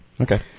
Okay